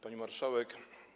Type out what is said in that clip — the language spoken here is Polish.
Pani Marszałek!